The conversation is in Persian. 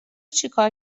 چیکار